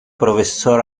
profesor